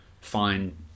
find